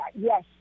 Yes